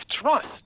trust